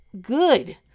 good